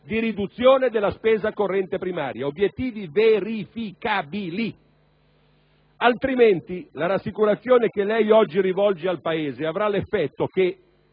di riduzione della spesa corrente primaria: obiettivi soprattutto verificabili. Altrimenti, la rassicurazione che lei oggi rivolge al Paese avrà l'effetto che